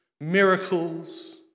miracles